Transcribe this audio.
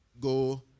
go